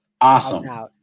Awesome